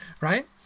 right